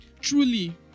Truly